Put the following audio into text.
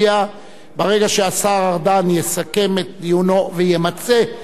ברגע שהשר ארדן יסכם את דיונו וימצה את סיכומו,